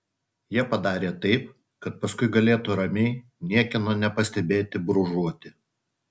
jie padarė taip kad paskui galėtų ramiai niekieno nepastebėti brūžuoti